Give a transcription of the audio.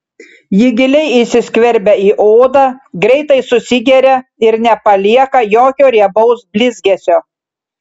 ji giliai įsiskverbia į odą greitai susigeria ir nepalieka jokio riebaus blizgesio